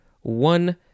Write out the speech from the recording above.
one